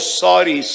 sorry